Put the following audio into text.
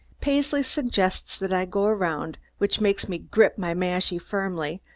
paisley suggests that i go around, which makes me grip my mashie firmly,